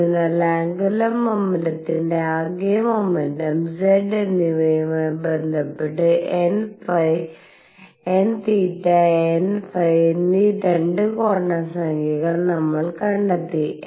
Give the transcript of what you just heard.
അതിനാൽ ആന്ഗുലർ മൊമെന്റത്തിന്റെ ആകെ മൊമെന്റം z എന്നിവയുമായി ബന്ധപ്പെട്ട nθ nϕ എന്നീ 2 ക്വാണ്ടം സംഖ്യകൾ നമ്മൾ കണ്ടെത്തി